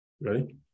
ready